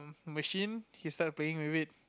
machine he start playing with it